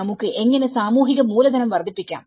നമുക്ക് എങ്ങനെ സാമൂഹിക മൂലധനം വർദ്ധിപ്പിക്കാം